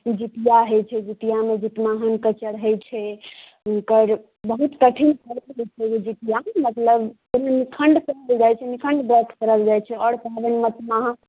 जीतिआ होइ छै जीतिआ मे जीमूतवाहन के चढ़ै छै हुनकर बहुत कठिन व्रत होइ छै जीतिया मतलब एहिमे निखंड कयल जाइ छै निखंड व्रत कयल जाइ छै आओर पाबनि मे तऽ अहाँ